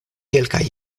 kelkaj